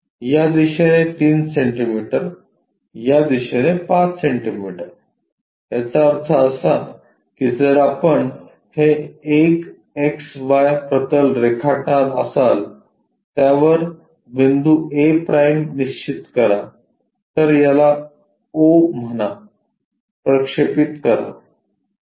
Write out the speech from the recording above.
या दिशेने 3 सेंटीमीटर या दिशेने 5 सेंटीमीटर याचा अर्थ असा की जर आपण हे एक एक्स वाय प्रतल रेखाटणार असाल त्यावर बिंदू a' निश्चित करा तर याला o म्हणा प्रक्षेपित करा